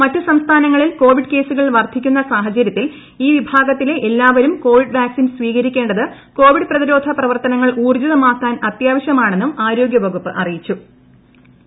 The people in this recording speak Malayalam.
മറ്റ് സംസ്ഥാനങ്ങളിൽ കോവിഡ് കേസുകൾ വർധിക്കുന്ന സാഹചര്യത്തിൽ ഈ വിഭാഗത്തിലെ എല്ലാവരും കോവിഡ് വാക്സിൻ സ്വീകരിക്കേണ്ടത് കോവിഡ് പ്രതിരോധ പ്രവർത്തനങ്ങൾ ഊർജിതമാക്കുവാൻ അത്യാവശ്യമാണെന്നും ആരോഗ്യ വകുപ്പ് അറിയിച്ചയ സ്റ്റേറ്റ് മെഡിക്കൽ ബോർഡ് വിലയിരുത്തി